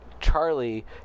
Charlie